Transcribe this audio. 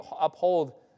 uphold